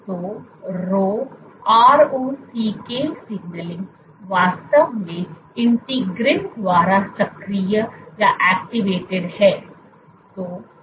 तो Rho ROCK signalling वास्तव में इंटीग्रिन द्वारा सक्रिय है